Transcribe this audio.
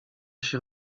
się